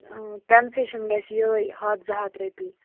concession گژھِ یِہوٚے ہَتھ زٕ ہَتھ رۄپیہِ